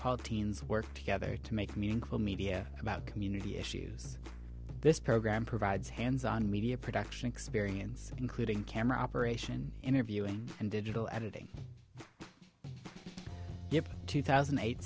paul teens work together to make meaningful media about community issues this program provides hands on media production experience including camera operation interviewing and digital editing two thousand and eight